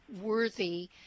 worthy